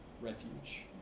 refuge